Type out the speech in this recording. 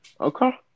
Okay